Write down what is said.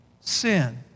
sin